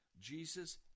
Jesus